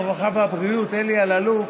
הרווחה והבריאות אלי אלאלוף,